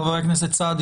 חבר הכנסת סעדי,